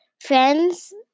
Friends